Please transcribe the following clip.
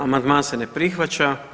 Amandman se ne prihvaća.